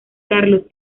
carlos